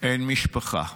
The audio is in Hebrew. אין משפחה.